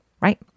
right